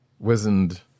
wizened